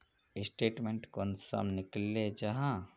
Statement कुंसम निकले जाहा?